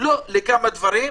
לא לכמה דברים,